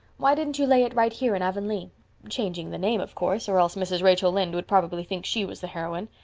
why didn't you lay it right here in avonlea changing the name, of course, or else mrs. rachel lynde would probably think she was the heroine.